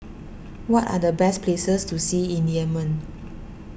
what are the best places to see in Yemen